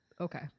Okay